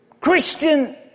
Christian